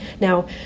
Now